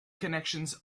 connections